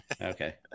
Okay